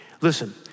Listen